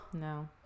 No